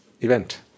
event